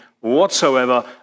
whatsoever